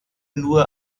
nur